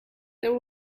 there